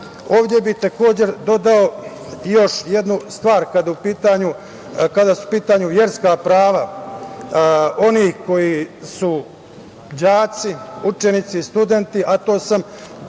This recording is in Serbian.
bih dodao još jednu stvar kada su u pitanju verska prava. Oni koji su đaci, učenici, studenti, a to sam